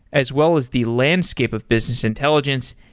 as well as the landscape of business intelligence,